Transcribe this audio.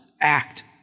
act